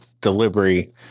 delivery